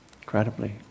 Incredibly